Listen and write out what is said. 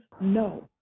No